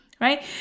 right